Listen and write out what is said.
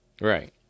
right